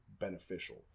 beneficial